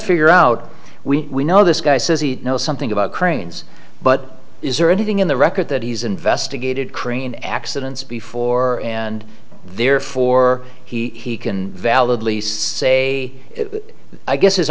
figure out we know this guy says he knows something about cranes but is there anything in the record that he's investigated crane accidents before and therefore he can validly say i guess his